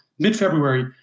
mid-February